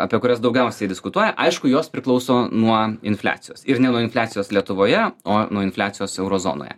apie kurias daugiausiai diskutuoja aišku jos priklauso nuo infliacijos ir ne nuo infliacijos lietuvoje o nuo infliacijos euro zonoje